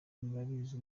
murabizi